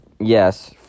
Yes